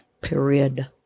Period